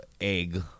egg